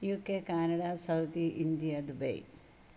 UK Canada Saudi India Dubai